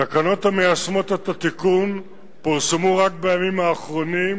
תקנות המיישמות את התיקון פורסמו רק בימים האחרונים,